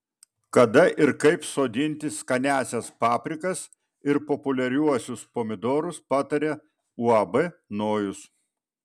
kada ir kaip sodinti skaniąsias paprikas ir populiariuosius pomidorus pataria uab nojus